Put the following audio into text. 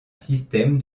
système